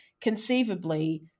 conceivably